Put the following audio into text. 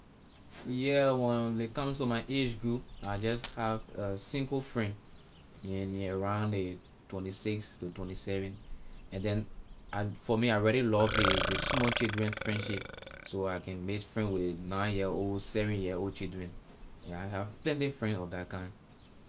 Yeah when a comes to my age group I just have a single friend and he around ley twenty six to twenty seven and then for me I really love ley small children friendship so I can make friend with ley nine year old seven year old children and I have plenty friend of that kind.